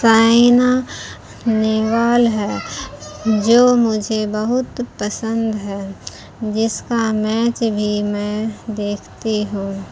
سائنا نوال ہے جو مجھے بہت پسند ہے جس کا میچ بھی میں دیکھتی ہوں